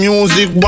Music